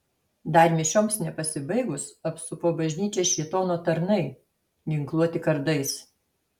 dar mišioms nepasibaigus apsupo bažnyčią šėtono tarnai ginkluoti kardais